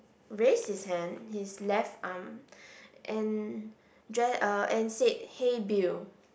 raise his hand his left arm and dre~ uh and said hey Bill